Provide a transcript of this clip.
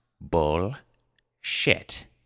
bull-shit